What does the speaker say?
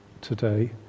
today